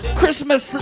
Christmas